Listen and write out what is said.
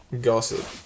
gossip